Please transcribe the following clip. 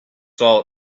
saw